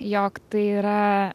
jog tai yra